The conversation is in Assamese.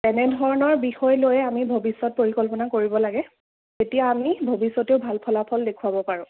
তেনেধৰণৰ বিষয় লৈ আমি ভৱিষ্যত পৰিকল্পনা কৰিব লাগে তেতিয়া আমি ভৱিষ্যতেও ভাল ফলফল দেখুৱাব পাৰোঁ